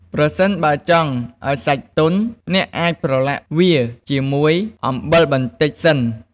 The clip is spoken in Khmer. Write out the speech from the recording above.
ប្រសិនបើចង់ឱ្យសាច់ទន់ អ្នកអាចប្រឡាក់វាជាមួយអំបិលបន្តិចសិន។